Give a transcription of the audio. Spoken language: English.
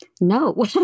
No